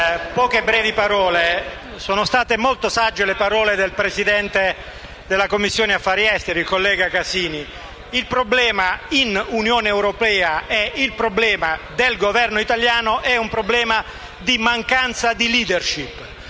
poche brevi parole. Sono state molto sagge le parole del presidente della Commissione affari esteri, il collega Casini: il problema dell'Unione europea e il problema del Governo italiano è un problema di mancanza di *leadership*.